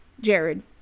Jared